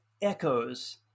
Echoes